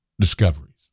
discoveries